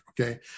Okay